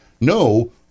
No